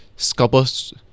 Scalpers